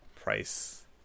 price